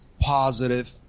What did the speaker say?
positive